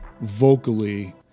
vocally